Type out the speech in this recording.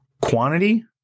quantity